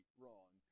wrong